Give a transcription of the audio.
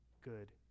good